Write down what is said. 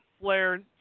Flair